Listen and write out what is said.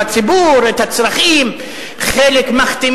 זאת הצעת חוק